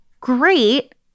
great